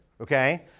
okay